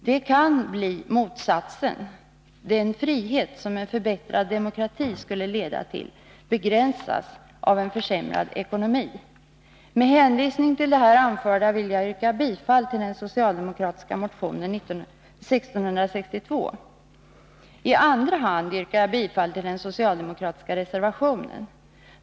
Det kan bli motsatsen: den frihet som en förbättrad demokrati skulle leda till begränsas av en försämrad ekonomi. Med hänvisning till det här anförda vill jag yrka bifall till den socialdemokratiska motionen nr 1662. T andra hand yrkar jag bifall till den socialdemokratiska reservationen.